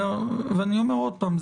אני אומר עוד פעם,